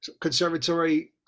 conservatory